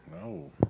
No